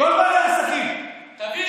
כל בעלי העסקים, תביא.